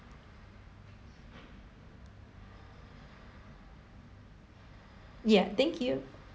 ya thank you